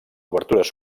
obertures